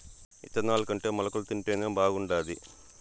ఇత్తనాలుకంటే మొలకలు తింటేనే బాగుండాది